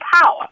power